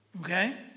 Okay